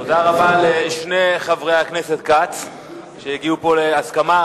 תודה רבה לשני חברי הכנסת כץ שהגיעו פה להסכמה.